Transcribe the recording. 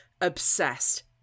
obsessed